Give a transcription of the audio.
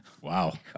Wow